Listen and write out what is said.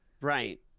Right